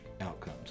outcomes